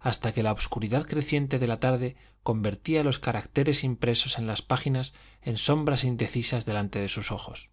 hasta que la obscuridad creciente de la tarde convertía los caracteres impresos en las páginas en sombras indecisas delante de sus ojos